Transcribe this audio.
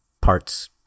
parts